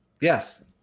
Yes